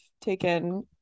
taken